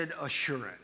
assurance